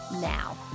now